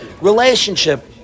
relationship